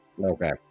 Okay